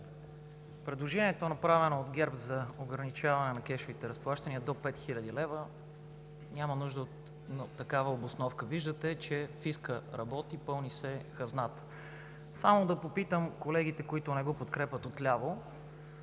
Предложението, направено от ГЕРБ за ограничаване на кешовите разплащания до 5 хил. лв., няма нужда от такава обосновка. Виждате, че фискът работи, пълни се хазната. Само да попитам колегите от ляво, които не го подкрепят…